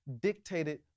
dictated